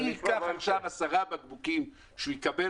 מי ייקח עכשיו 10 בקבוקים שהוא יקבל